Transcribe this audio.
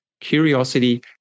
curiosity